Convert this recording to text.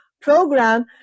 program